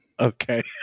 Okay